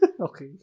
Okay